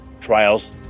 trials